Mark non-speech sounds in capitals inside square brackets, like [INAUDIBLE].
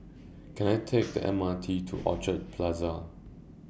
Can I Take [NOISE] The M R T to Orchard Plaza